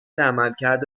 عملکرد